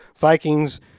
Vikings